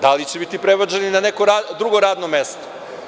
Da li će biti prebačeni na neko drugo radno mesto?